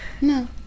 No